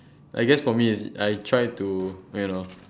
I guess for me is I try to you know